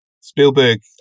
Spielberg